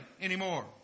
anymore